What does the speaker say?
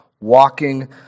walking